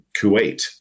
Kuwait